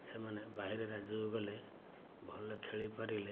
ସେମାନେ ବାହାର ରାଜ୍ୟକୁ ଗଲେ ଭଲ ଖେଳି ପାରିଲେ